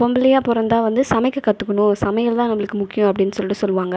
பொம்பளையாக பிறந்தா வந்து சமைக்க கற்றுக்கணும் சமையல் தான் நம்மளுக்கு முக்கியம் அப்படின்னு சொல்லி சொல்லுவாங்க